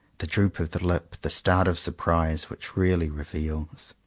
the droopofthelip the start of surprise, which really reveals.